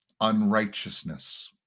unrighteousness